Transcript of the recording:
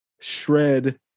shred